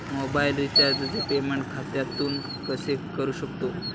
Mobile रिचार्जचे payment खात्यातून कसे करू शकतो?